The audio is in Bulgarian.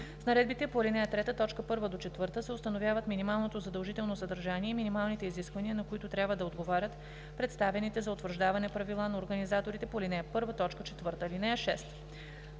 С наредбите по ал. 3, т. 1 – 4 се установяват минималното задължително съдържание и минималните изисквания, на които трябва да отговарят представяните за утвърждаване правила на организаторите по ал. 1, т.